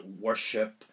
worship